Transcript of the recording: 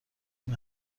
این